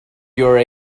your